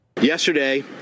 Yesterday